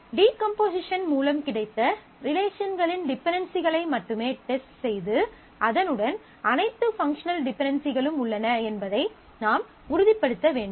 decomposition மூலம் கிடைத்த ரிலேஷன்களின் டிபென்டென்சிகளை மட்டுமே டெஸ்ட் செய்து அதனுடன் அனைத்து பங்க்ஷனல் டிபென்டென்சிகளும் உள்ளன என்பதை நாம் உறுதிப்படுத்த வேண்டும்